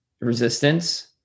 resistance